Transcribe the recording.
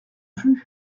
plus